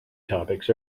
topics